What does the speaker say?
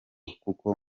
kuko